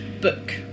book